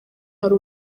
hari